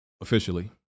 officially